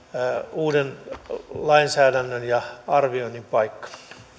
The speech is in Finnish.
uuden lainsäädännön ja arvioinnin paikka